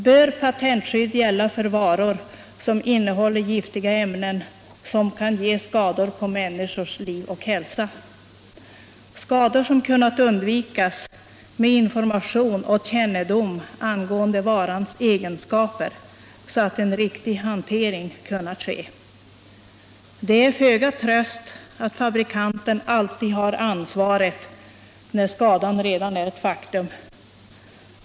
Bör patentskydd gälla för varor som innehåller giftiga ämnen vilka kan ge skador på människors liv och hälsa — skador som kunnat undvikas med information och kännedom angående varans egenskaper, så att en riktig hantering kunnat ske? Det är föga tröst att fabrikanterna alltid har an svaret, när skadan redan är ett faktum.